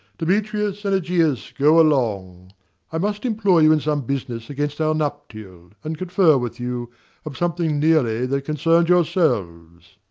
demetrius, and egeus, go along i must employ you in some business against our nuptial, and confer with you of something nearly that concerns yourselves.